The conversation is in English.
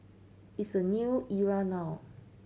it's a new era now